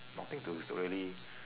nothing to to really